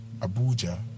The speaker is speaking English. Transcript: Abuja